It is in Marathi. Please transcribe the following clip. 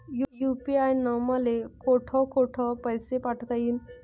यू.पी.आय न मले कोठ कोठ पैसे पाठवता येईन?